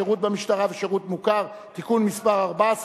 (שירות במשטרה ושירות מוכר) (תיקון מס' 14),